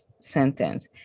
sentence